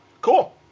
Cool